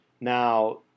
Now